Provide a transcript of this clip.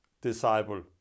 disciple